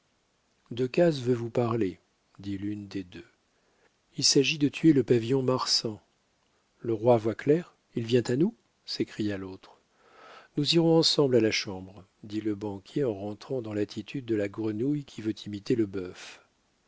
trombe decazes veut vous parler dit l'une des deux il s'agit de tuer le pavillon marsan le roi voit clair il vient à nous s'écria l'autre nous irons ensemble à la chambre dit le banquier en rentrant dans l'attitude de la grenouille qui veut imiter le bœuf